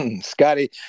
Scotty